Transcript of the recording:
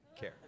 care